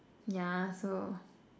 yeah so